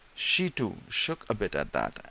she, too, shook a bit at that,